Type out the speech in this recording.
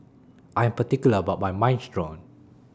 I Am particular about My Minestrone